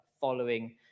following